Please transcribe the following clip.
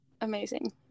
amazing